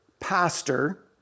pastor